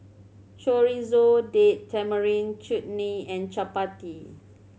Chorizo Date Tamarind Chutney and Chapati